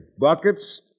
buckets